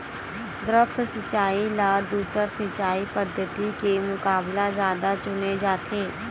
द्रप्स सिंचाई ला दूसर सिंचाई पद्धिति के मुकाबला जादा चुने जाथे